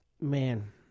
Man